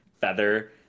feather